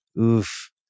Oof